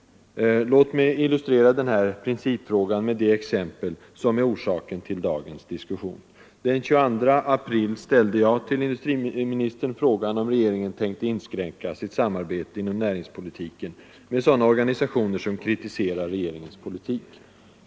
Låt mig illustrera denna principfråga med det exempel som är orsaken till dagens diskussion. Den 22 april ställde jag till industriministern frågan om regeringen tänkte inskränka sitt samarbete inom näringspolitiken med sådana organisationer som kritiserar regeringens politik.